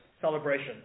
celebration